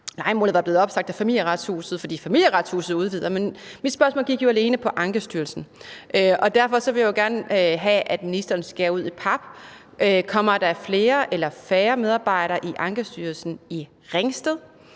lejemålet var blevet opsagt af Familieretshuset, fordi Familieretshuset udvider, men mit spørgsmål gik jo alene på Ankestyrelsen. Derfor vil jeg gerne have, at ministeren skærer ud i pap: Kommer der flere eller færre medarbejdere i Ankestyrelsen i Ringsted,